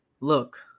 Look